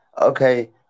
okay